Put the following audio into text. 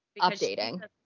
updating